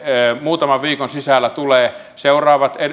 muutaman viikon sisällä tulevat seuraavat